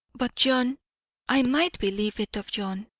but john i might believe it of john.